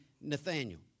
Nathaniel